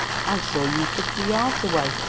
i saw you fifty yards away.